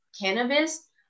cannabis